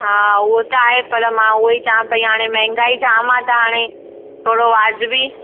हा उहो त आहे पर मां उहो ई चवां पई हाणे महंगाई जाम आहे त हाणे थोरो वाजिबी